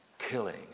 Killing